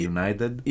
United